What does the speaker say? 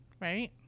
Right